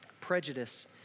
prejudice